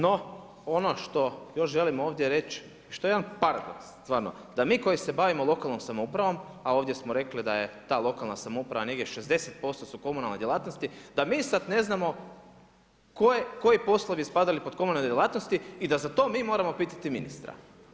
No, ono što još želim ovdje reći što je jedan paradoks stvarno, da mi koji se bavimo lokalnom samoupravom, a ovdje smo rekli da je ta lokalna samouprava negdje 60% su komunalne djelatnosti, da mi sad ne znamo koji poslovi spadaju pod komunalne djelatnosti i da za to mi moramo pitati ministra.